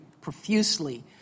profusely